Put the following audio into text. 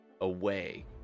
away